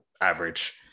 average